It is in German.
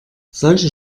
solche